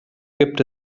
gibt